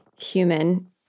human